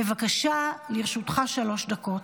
בבקשה, לרשותך שלוש דקות.